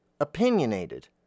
opinionated